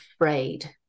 afraid